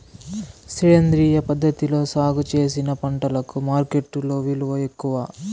సేంద్రియ పద్ధతిలో సాగు చేసిన పంటలకు మార్కెట్టులో విలువ ఎక్కువ